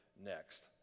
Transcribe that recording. next